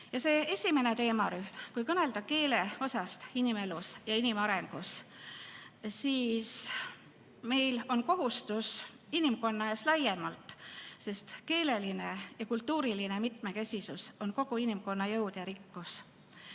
Esimene teemarühm. Kui kõnelda keele osast inimelus ja inimarengus, siis meil on kohustus inimkonna ees laiemalt, sest keeleline ja kultuuriline mitmekesisus on kogu inimkonna jõud ja rikkus.